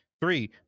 Three